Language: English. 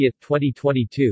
2022